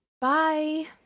bye